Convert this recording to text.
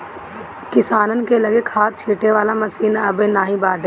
किसानन के लगे खाद छिंटे वाला मशीन अबे नाइ बाटे